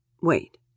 Wait